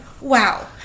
wow